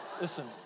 Listen